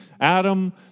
Adam